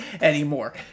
anymore